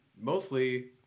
mostly